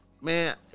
man